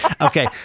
Okay